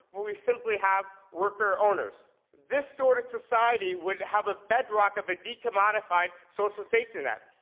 when we simply have worker owners. this sort of society would have a bedrock of the de-commodified social safety net.